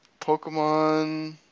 Pokemon